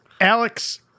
Alex